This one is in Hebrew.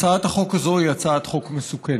הצעת החוק הזאת היא הצעת חוק מסוכנת.